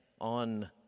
on